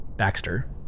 baxter